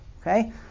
Okay